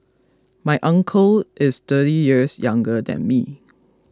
my uncle is thirty years younger than me